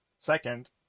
Second